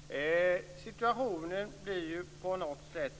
Fru talman! Situationen blir på något sätt